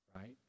right